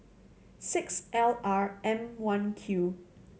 six L R M One Q